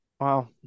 wow